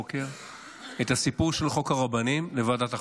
09:00 את הסיפור של חוק הרבנים לוועדת החוקה?